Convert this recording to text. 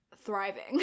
thriving